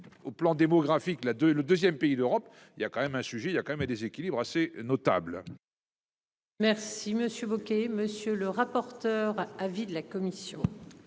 au plan démographique, la 2 est le 2ème. Pays d'Europe, il y a quand même un sujet il y a quand même un déséquilibre assez notable. Merci monsieur Bocquet, monsieur le rapporteur. Avis de la commission.